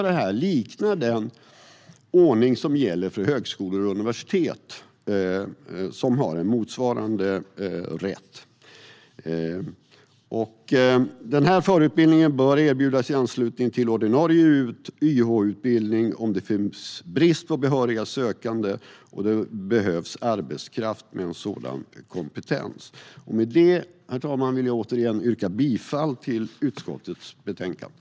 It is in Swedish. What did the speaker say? Detta liknar den ordning som gäller för högskolor och universitet, som har en motsvarande rätt. Förutbildningen bör erbjudas i anslutning till ordinarie YH-utbildning, om det finns brist på behöriga sökande och det behövs arbetskraft med sådan kompetens. Med detta, herr talman, vill jag återigen yrka bifall till utskottets förslag till beslut.